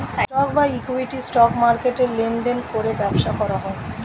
stock বা equity, stock মার্কেটে লেনদেন করে ব্যবসা করা হয়